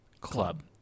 Club